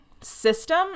System